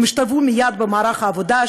השתלבו מייד במערך העבודה,